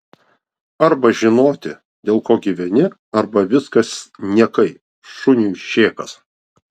arba žinoti dėl ko gyveni arba viskas niekai šuniui šėkas